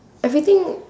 everything